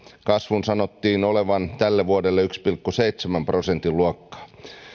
kasvun sanottiin olevan tälle vuodelle yhden pilkku seitsemän prosentin luokkaa